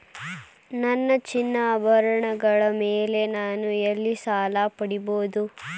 ನನ್ನ ಚಿನ್ನಾಭರಣಗಳ ಮೇಲೆ ನಾನು ಎಲ್ಲಿ ಸಾಲ ಪಡೆಯಬಹುದು?